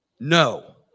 No